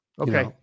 Okay